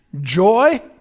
joy